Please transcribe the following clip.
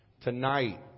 Tonight